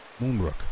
Moonbrook